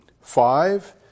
five